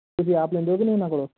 ਤੁਸੀਂ ਆਪ ਲੈਂਦੇ ਹੋ ਕਿ ਨਹੀਂ ਉਹਨਾਂ ਕੋਲੋਂ